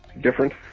different